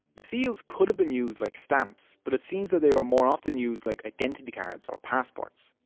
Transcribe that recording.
the seals could have been used like stamps but it seems that they were more often used like identity cards or passports.